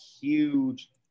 huge